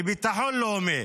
לביטחון לאומי.